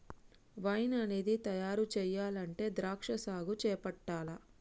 wine అనేది తయారు చెయ్యాలంటే ద్రాక్షా సాగు చేపట్టాల్ల